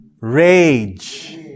rage